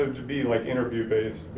it would be like interview based.